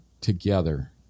together